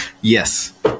Yes